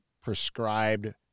prescribed